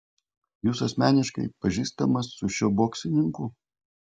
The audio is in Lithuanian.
jūs asmeniškai pažįstamas su šiuo boksininku